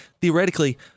theoretically